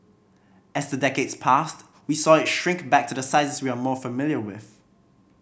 as the decades passed we saw it shrink back to the sizes we are more familiar with